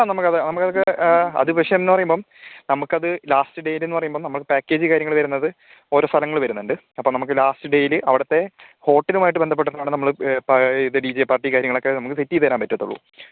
ആ നമുക്കത് നമുക്കൊക്കെ അത് വിഷയമെന്ന് പറയുമ്പം നമുക്കത് ലാസ്റ്റ് ഡേയിലെന്ന് പറയുമ്പോൾ നമ്മൾ പാക്കേജ് കാര്യങ്ങൾ വരുന്നത് ഓരോ സ്ഥലങ്ങൾ വരുന്നുണ്ട് അപ്പം നമുക്ക് ലാസ്റ്റ് ഡേയിൽ അവിടുത്തെ ഹോട്ടലുമായിട്ട് ബന്ധപ്പെട്ടിട്ടാണ് നമ്മൾ ഡി ജെ പാർട്ടി കാര്യങ്ങളൊക്കെ നമുക്ക് സെറ്റ് ചെയ്ത് തരാൻ പറ്റത്തുള്ളു